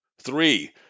Three